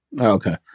Okay